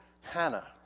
Hannah